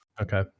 Okay